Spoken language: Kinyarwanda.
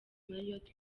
marriot